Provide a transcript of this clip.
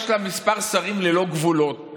יש לה מספר שרים ללא גבולות,